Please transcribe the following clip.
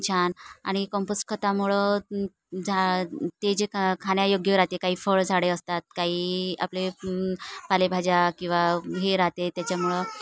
छान आणि कम्पोस्ट खतामुळं झा ते जे खा खाण्यायोग्य राहते काही फळ झाडे असतात काही आपले पालेभाज्या किंवा हे राहते त्याच्यामुळं